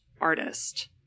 artist